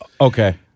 Okay